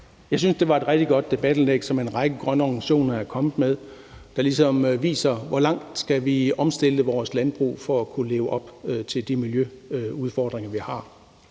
et rigtig godt debatindlæg, en række grønne organisationer er kommet med, der ligesom viser, hvor meget vi skal omstille vores landbrug for at kunne løse de miljøudfordringer, vi har.